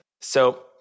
So-